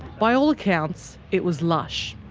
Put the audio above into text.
by all accounts it was lush.